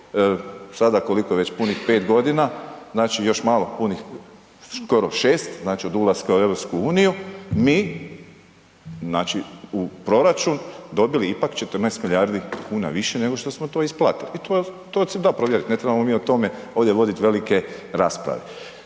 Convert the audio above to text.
ada koliko je već, punih 5 g. znači još malo, punih skoro 6, znači od ulaska u EU, mi znači u proračun dobili ipak 14 milijardi kuna više nego što smo to isplatili i to se da provjerit, ne trebamo mi o tome ovdje voditi velike rasprave.